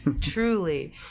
Truly